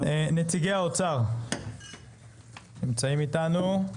נציגי האוצר נמצאים איתנו?